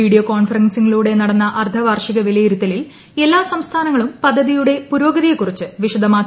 video കോൺഫറൻസിംഗിലൂടെ നടന്ന അർദ്ധവാർഷിക വിലയിരുത്തലിൽ എല്ലാ സംസ്ഥാനങ്ങളും പദ്ധതിയുടെ പുരോഗതിയെക്കുറിച്ച് വിശദമാക്കി